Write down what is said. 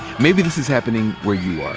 maybe this is happening where you are.